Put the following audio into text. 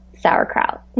sauerkraut